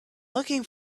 looking